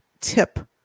tip